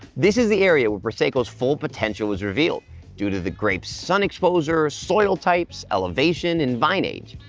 this is the area where prosecco's full potential is revealed due to the grapes sun exposure, soil types, elevation and vine age.